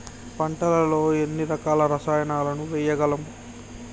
పంటలలో ఎన్ని రకాల రసాయనాలను వేయగలము?